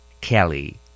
Kelly